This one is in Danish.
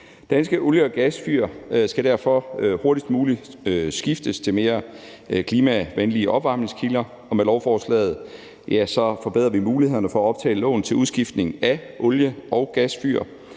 Danske olie- og gasfyr skal derfor hurtigst muligt udskiftes med mere klimavenlige opvarmningskilder, og med lovforslaget forbedrer vi mulighederne for at optage lån til udskiftning af olie- og gasfyr,